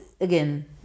again